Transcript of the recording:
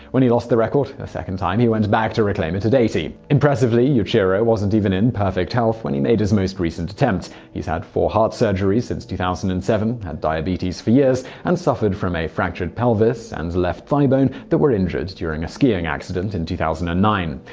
when he lost the record a second time, he went back to reclaim it at eighty. impressively, yuichiro wasn't even in perfect health when he made his most recent attempt he's had four heart surgeries since two thousand and seven, had diabetes for years, and suffered from a fractured pelvis and left thigh bone that were injured during a skiing accident in two thousand and nine.